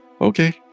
Okay